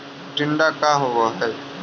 टीडा का होव हैं?